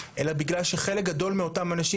אלא בגלל שחלק גדול מאותם אנשים,